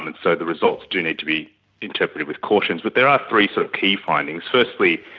and so the results do need to be interpreted with caution. but there are three so key findings. firstly,